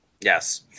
Yes